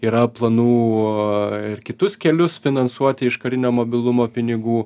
yra planų ir kitus kelius finansuoti iš karinio mobilumo pinigų